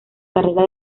carrera